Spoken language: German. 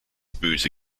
böse